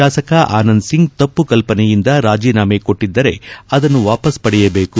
ಶಾಸಕ ಆನಂದ್ ಸಿಂಗ್ ತಪ್ಪು ಕಲ್ಪನೆಯಿಂದ ರಾಜೀನಾಮೆ ಕೊಟ್ಟಿದ್ದರೆ ಅದನ್ನು ವಾಪಸ್ ಪಡೆಯಬೇಕು